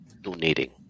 donating